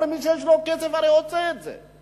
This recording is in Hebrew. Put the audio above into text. אבל מי שי שיש לו כסף עושה את זה.